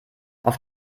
auf